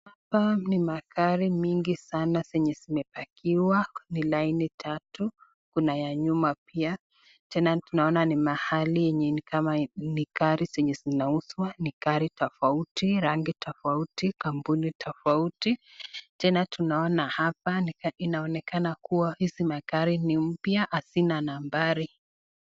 Hapa ni magari mingi sana zenye zimepakiwa, ni laini tatu ,kuna ya nyuma ,tena tunaona ni mahali yenye ni kama ni gari zenye zinauzwa, ni gari tofauti, rangi tofauti, kampuni tofauti, tena tunaona hapa inaonekana kuwa hizi magari ni mpya hazina nambari.